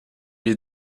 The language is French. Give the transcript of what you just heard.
est